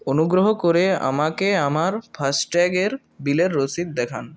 অনুগ্রহ করে আমাকে আমার ফাস্ট্যাগ এর বিলের রসিদ দেখান